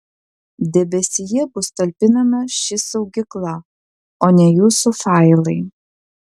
debesyje bus talpinama ši saugykla o ne jūsų failai